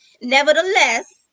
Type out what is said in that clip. Nevertheless